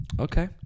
Okay